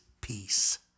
peace